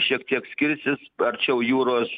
šiek tiek skirsis arčiau jūros